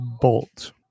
bolt